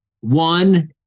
One